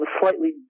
slightly